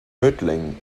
mödling